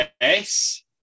Yes